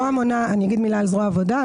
אני אגיד מילה על זרוע העבודה.